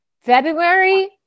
February